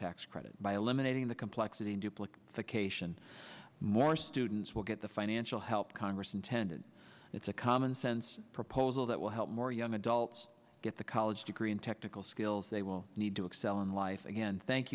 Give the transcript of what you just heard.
tax credit by eliminating the complexity duplicate the cation more students will get the financial help congress intended it's a commonsense proposal that will help more young adults get the college degree and technical skills they will need to excel in life again thank